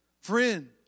friend